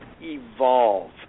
evolve